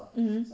mmhmm